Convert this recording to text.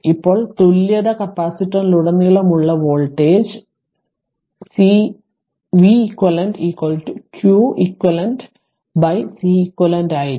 ഇപ്പോൾ തുല്യത കപ്പാസിറ്റൻസിലുടനീളമുള്ള വോൾട്ടേജ് ഇപ്പോൾ v eq q eq Ceq ആയിരിക്കും